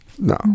No